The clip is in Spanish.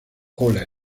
cola